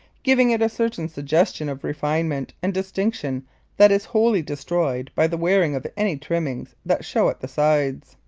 giving it a certain suggestion of refinement and distinction that is wholly destroyed by the wearing of any trimmings that show at the sides.